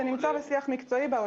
זה נמצא בשיח מקצועי באוצר.